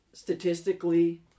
Statistically